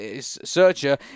Searcher